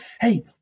Hey